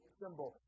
symbol